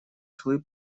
свою